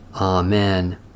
Amen